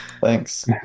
Thanks